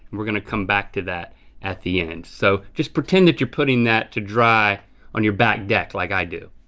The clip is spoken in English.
we're gonna come back to that at the end, so just pretend that you're putting that to dry on your back deck like i do.